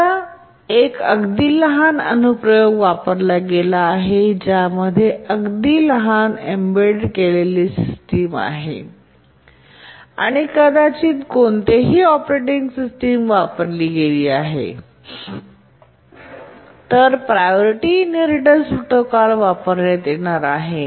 समजा एक अगदी लहान अनुप्रयोग वापरला गेला आहे ज्यामध्ये अगदी लहान एम्बेड केलेली सिस्टिम आहे आणि कदाचित कोणतीही ऑपरेटिंग सिस्टम वापरली गेली आहे तर प्रायोरिटी इनहेरिटेन्स प्रोटोकॉल वापरण्यात येणार आहे